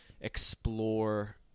explore